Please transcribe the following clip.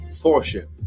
portion